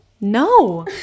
No